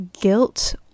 guilt